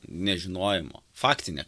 nežinojimo faktinę